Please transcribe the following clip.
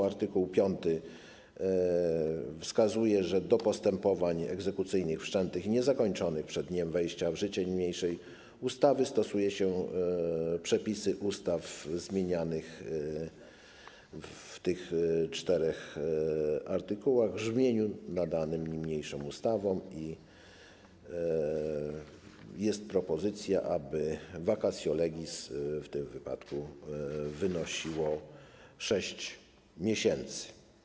Art. 5 wskazuje, że do postępowań egzekucyjnych wszczętych i niezakończonych przed wejściem w życie niniejszej ustawy stosuje się przepisy ustaw zmienianych w tych czterech artykułach w brzmieniu nadanym niniejszą ustawą, i jest propozycja, aby vacatio legis w tym wypadku wynosiło 6 miesięcy.